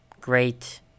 Great